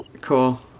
Cool